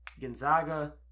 Gonzaga